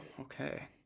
Okay